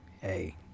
hey